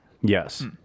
Yes